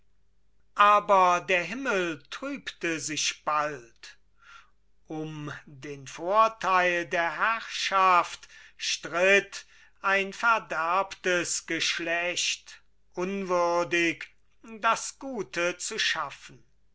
aber der himmel trübte sich bald um den vorteil der herrschaft stritt ein verderbtes geschlecht unwürdig das gute zu schaffen